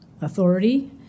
authority